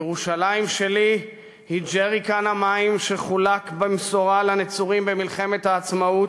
ירושלים שלי היא ג'ריקן המים שחולק במשורה לנצורים במלחמת העצמאות,